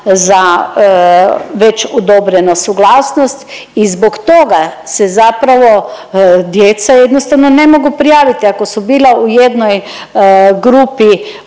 za već odobrena suglasnost i zbog toga se zapravo djeca jednostavno ne mogu prijaviti ako su bila u jednoj grupi